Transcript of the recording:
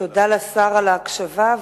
תודה לשר על ההקשבה,